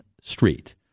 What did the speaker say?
Street